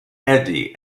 eddy